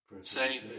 Say